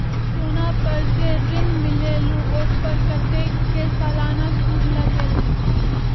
सोना पर जे ऋन मिलेलु ओपर कतेक के सालाना सुद लगेल?